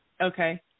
Okay